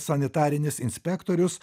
sanitarinis inspektorius